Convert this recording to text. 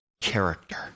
character